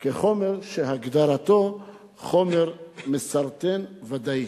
כחומר שהגדרתו "חומר מסרטן ודאי".